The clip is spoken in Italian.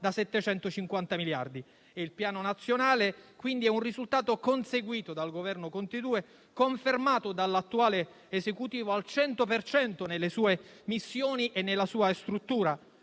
da 750 miliardi. Il Piano nazionale, quindi, è un risultato conseguito dal Governo Conte 2, confermato dall'attuale Esecutivo al 100 per cento nelle sue missioni e nella sua struttura.